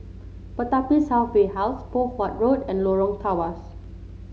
Pertapis Halfway House Poh Huat Road and Lorong Tawas